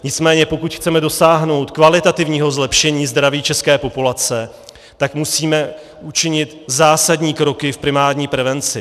Nicméně pokud chceme dosáhnout kvalitativního zlepšení zdraví české populace, tak musíme učinit zásadní kroky v primární prevenci.